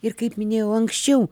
ir kaip minėjau anksčiau